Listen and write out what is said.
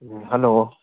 ꯎꯝ hello